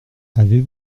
avez